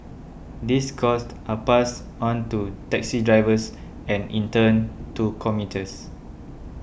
these costs are passed on to taxi drivers and in turn to commuters